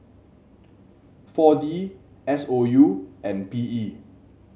four D S O U and B E